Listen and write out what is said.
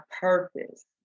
purpose